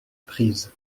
prise